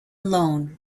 alone